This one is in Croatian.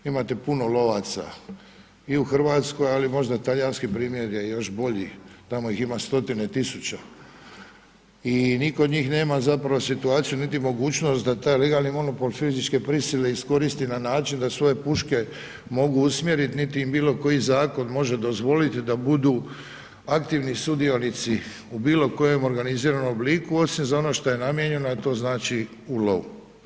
Imate puno lovaca i u Hrvatskoj, ali možda talijanski primjer je još bolji, tamo ih ima stotine tisuća i nitko od njih nema zapravo situaciju niti mogućnost da taj legalni monopol fizičke prisile iskoristi na način da svoje puške mogu usmjeriti niti im bilo koje zakon može dozvoliti da budu aktivni sudionici u bilo kojem organiziranom obliku osim za ono što je namijenjeno, a to znači u lovu.